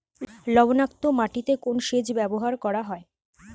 লবণাক্ত মাটিতে কোন সেচ ব্যবহার করা হয়?